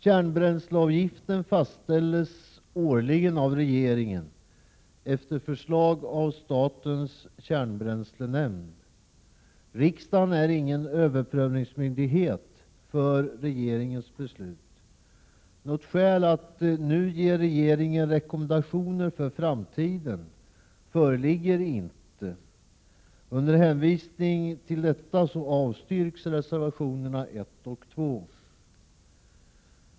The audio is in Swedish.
Kärnbränsleavgiften fastställs årligen av regeringen efter förslag av statens kärnbränslenämnd. Riksdagen är ingen överprövningsmyndighet för regeringens beslut. Något skäl att nu ge regeringen rekommendationer för framtiden föreligger inte. Under hänvisning till detta avstyrks reservationerna 1 och 2.